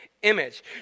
image